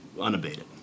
unabated